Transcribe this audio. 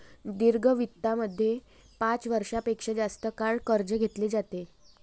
दीर्घ वित्तामध्ये पाच वर्षां पेक्षा जास्त काळ कर्ज घेतले जाते